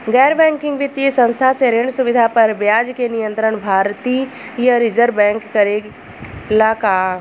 गैर बैंकिंग वित्तीय संस्था से ऋण सुविधा पर ब्याज के नियंत्रण भारती य रिजर्व बैंक करे ला का?